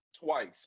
twice